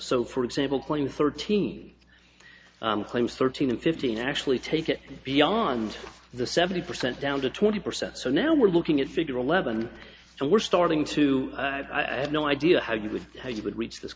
so for example claim thirteen claims thirteen and fifteen actually take it beyond the seventy percent down to twenty percent so now we're looking at figure eleven and we're starting to i have no idea how you would how you would reach this